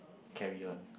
carry on